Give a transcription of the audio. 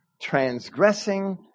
transgressing